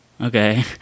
okay